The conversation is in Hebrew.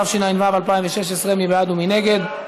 התשע"ו 2016. מי בעד ומי נגד?